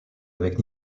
avec